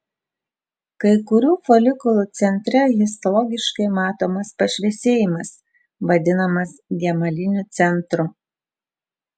kai kurių folikulų centre histologiškai matomas pašviesėjimas vadinamas gemaliniu centru